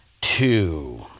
two